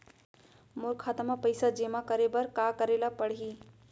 मोर खाता म पइसा जेमा करे बर का करे ल पड़ही?